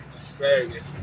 asparagus